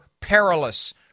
perilous